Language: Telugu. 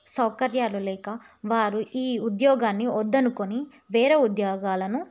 సౌకర్యాలు లేక వారు ఈ ఉద్యోగాన్ని వద్దనుకొని వేరే ఉద్యోగాలను